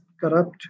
corrupt